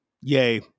yay